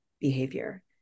behavior